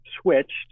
switched